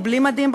או בלי מדים,